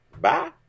Bye